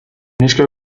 neskak